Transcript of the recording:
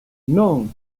non